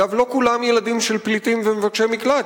אגב, לא כולם ילדים של פליטים ומבקשי מקלט.